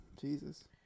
Jesus